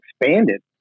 expanded